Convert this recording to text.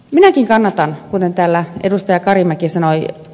minäkin kannatan kuten täällä edustaja karimäki sanoi